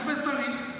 הרבה שרים,